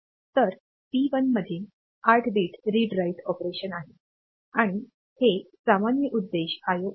तर पी 1 मध्ये 8 bit read write operation आहे आणि हे सामान्य उद्देश IO आहे